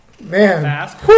man